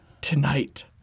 tonight